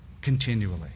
continually